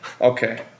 Okay